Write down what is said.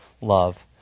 love